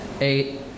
Eight